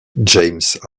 james